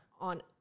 on